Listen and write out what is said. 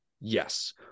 Yes